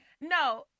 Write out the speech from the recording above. No